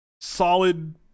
Solid